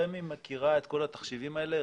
רשות מקרקעי ישראל מכירה את כל התחשיבים האלה.